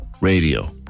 radio